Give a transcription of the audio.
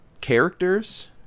characters